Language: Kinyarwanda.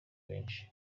benshi